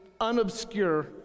unobscure